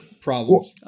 problems